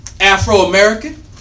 Afro-American